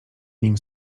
nim